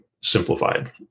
simplified